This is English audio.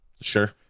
Sure